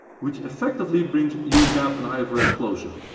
which effectively bring us gaap and ifrs closer.